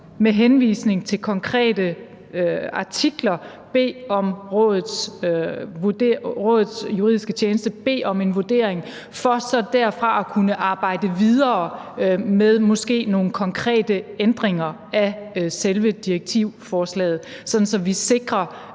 med henvisning til konkrete artikler bede om en vurdering fra Rådets juridiske tjeneste for så derfra at kunne arbejde videre med måske nogle konkrete ændringer af selve direktivforslaget, sådan at vi sikrer,